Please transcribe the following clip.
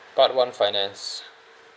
part one finance